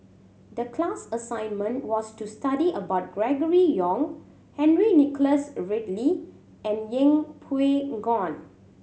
the class assignment was to study about Gregory Yong Henry Nicholas Ridley and Yeng Pway Ngon